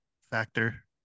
factor